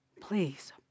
please